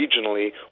regionally